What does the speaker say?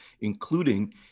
including